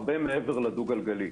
הרבה מעבר לדו גלגלי.